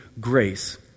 grace